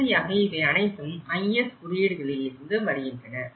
இறுதியாக இவை அனைத்தும் IS குறியீடுகளில் இருந்து வருகின்றன